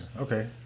Okay